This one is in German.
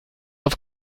auf